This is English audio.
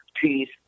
peace